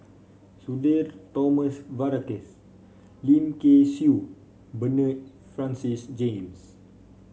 Sudhir Thomas Vadaketh Lim Kay Siu Bernard Francis James